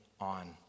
on